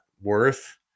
worth